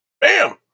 Bam